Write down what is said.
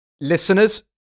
Listeners